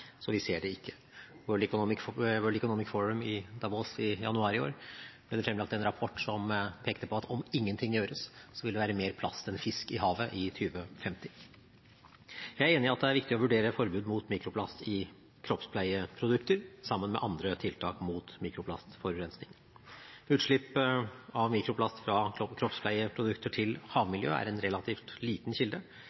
så vi ser det ikke. Under World Economic Forum i Davos i januar i år ble det fremlagt en rapport som pekte på at om ingenting gjøres, vil det være mer plast enn fisk i havet i 2050. Jeg er enig i at det er viktig å vurdere forbud mot mikroplast i kroppspleieprodukter sammen med andre tiltak mot mikroplastforurensning. Utslipp av mikroplast fra kroppspleieprodukter til